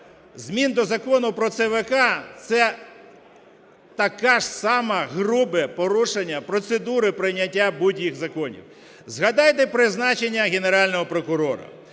змін до Закону про ЦВК – це таке ж саме грубе порушення процедури прийняття будь-яких законів. Згадайте призначення Генерального прокурора.